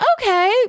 okay